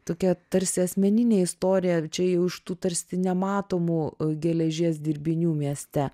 tokia tarsi asmeninė istorija čia jau iš tų tarsi nematomų geležies dirbinių mieste